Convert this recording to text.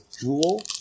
jewel